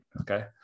Okay